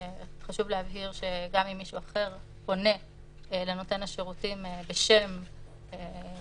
חשוב להבהיר שגם אם מישהו אחר פונה לנותן השירותים בשם מי